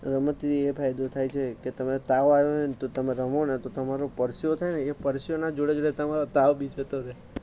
રમતથી એ ફાયદો થાય છે કે તમે તાવ આયવો હોયને તો તમે રમોને તો તમારો પરસેવો થાયને એ પરસેવાના જોડે જોડે તમારો તાવ બી જતો રહે